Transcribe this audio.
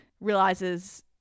realizes